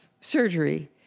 surgery